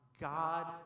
god